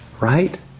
right